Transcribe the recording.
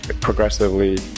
progressively